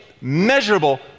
measurable